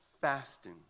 Fasting